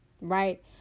right